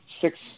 six